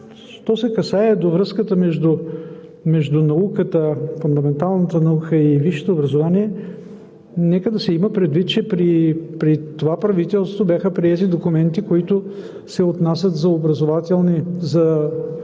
Що се касае до връзката между фундаменталната наука и висшето образование, нека да се има предвид, че при това правителство бяха приети документи, които се отнасят за изследователски